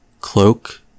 Cloak